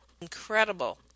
incredible